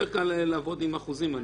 יותר קל לעבוד עם אחוזים.